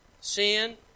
sin